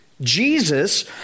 Jesus